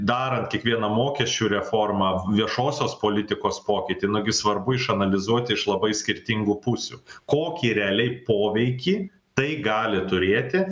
darant kiekvieną mokesčių reformą viešosios politikos pokytį nagi svarbu išanalizuoti iš labai skirtingų pusių kokį realiai poveikį tai gali turėti